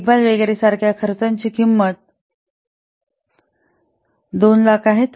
देखभाल वगैरे सारख्या वार्षिक खर्चाची किंमत 200000 आहे